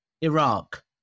Iraq